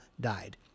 died